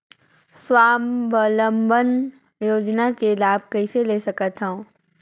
स्वावलंबन योजना के लाभ कइसे ले सकथव?